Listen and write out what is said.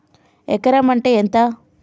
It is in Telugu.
ఎకరం అంటే ఎంత?